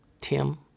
Tim